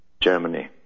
germany